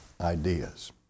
ideas